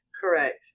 correct